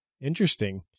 Interesting